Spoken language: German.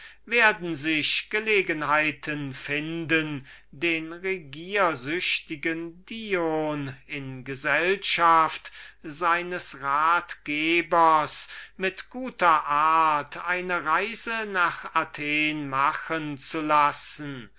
werden sich gelegenheiten finden den regiersüchtigen dion in gesellschaft seines ratgebers mit guter art eine reise nach athen machen zu lassen